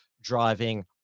driving